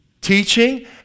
Teaching